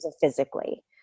physically